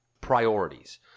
priorities